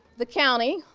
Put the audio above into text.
the county,